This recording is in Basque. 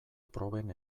proben